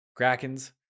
Krakens